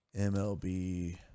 MLB